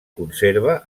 conserva